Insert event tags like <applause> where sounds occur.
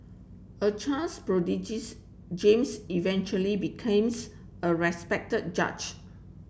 a chance prodigies James eventually became <unintelligible> a respected judge